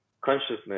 consciousness